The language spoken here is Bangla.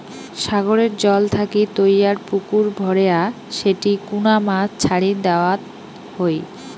সাগরের জল থাকি তৈয়ার পুকুর ভরেয়া সেটি কুনা মাছ ছাড়ি দ্যাওয়ৎ হই